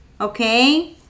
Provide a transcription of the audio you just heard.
Okay